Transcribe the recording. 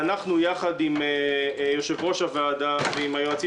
ואנחנו ביחד עם יושב-ראש הוועדה ועם היועצים